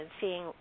seeing